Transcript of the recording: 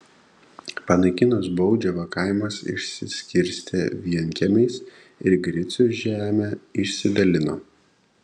panaikinus baudžiavą kaimas išsiskirstė vienkiemiais ir gricių žemę išsidalino